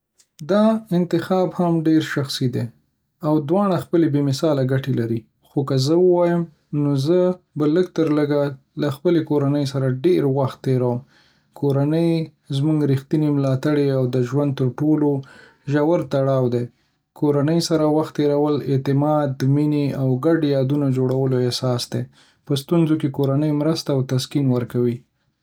دا انتخاب هم ډېر شخصي دی، او دواړه خپلې بې‌مثاله ګټې لري، خو که زه ووایم، نو زه به لږ تر لږه له خپلې کورنۍ سره ډېر وخت تېرووم. کورنۍ زموږ ریښه، ملاتړ، او د ژوند تر ټولو ژور تړاو دی. کورنۍ سره وخت تېرول د اعتماد، مینې، او ګډو یادونو د جوړولو اساس دی. په ستونزو کې کورنۍ مرسته او تسکین ورکوي.